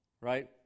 right